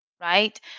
right